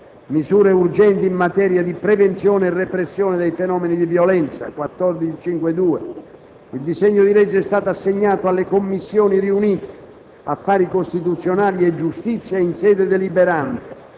«Misure urgenti in materia di prevenzione e repressione dei fenomeni di violenza» (1452). Il disegno di legge è stato assegnato alle Commissioni riunite affari costituzionali e giustizia in sede deliberante